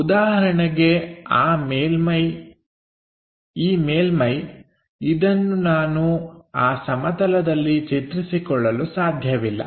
ಉದಾಹರಣೆಗೆ ಈ ಮೇಲ್ಮೈ ಇದನ್ನು ನಾನು ಆ ಸಮತಲದಲ್ಲಿ ಚಿತ್ರಿಸಿಕೊಳ್ಳಲು ಸಾಧ್ಯವಿಲ್ಲ